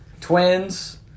Twins